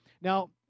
Now